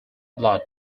blood